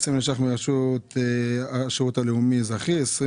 כאשר 10 מיליון ש"ח לוקחים מהשירות הלאומי-אזרחי ו-20